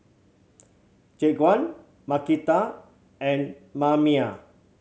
Jaquan Markita and Mamie